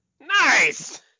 Nice